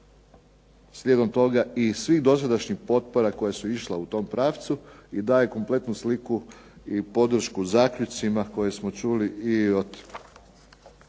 slijedom toga i svih dosadašnjih potpora koje su išla u tom pravcu i daje kompletnu sliku i podršku zaključcima koje smo čuli i od